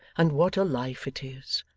and what a life it is!